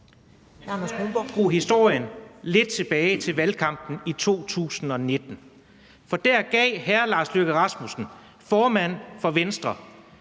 lige skrue historien lidt tilbage til valgkampen i 2019, for der gav hr. Lars Løkke Rasmussen, formand for Venstre,